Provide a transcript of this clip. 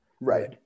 Right